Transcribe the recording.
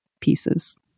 pieces